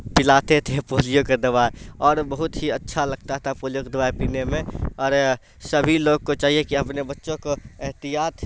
پلاتے تھے پولیو کا دوا اور بہت ہی اچھا لگتا تھا پولیو کی دوائی پینے میں اور سبھی لوگ کو چاہیے کہ اپنے بچوں کو احتیاط